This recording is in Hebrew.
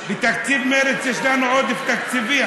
בתקציב מרצ יש לנו עודף תקציבי,